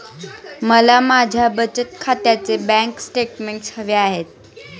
मला माझ्या बचत खात्याचे बँक स्टेटमेंट्स हवे आहेत